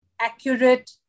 accurate